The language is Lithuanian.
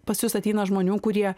pas jus ateina žmonių kurie